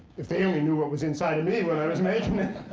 if they only knew what was inside of me when i was making it.